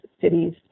cities